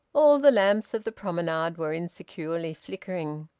all the lamps of the promenade were insecurely flickering.